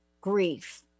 grief